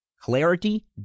Clarity